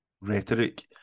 rhetoric